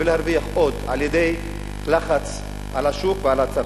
וירוויחו עוד על-ידי לחץ על השוק ועל הצרכנים.